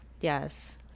yes